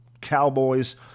Cowboys